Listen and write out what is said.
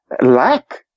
lack